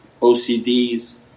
OCDs